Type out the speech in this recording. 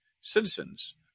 citizens